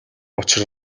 учир